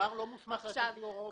הגזבר לא מוסמך לתת לו הוראות.